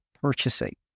purchasing